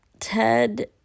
Ted